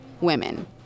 women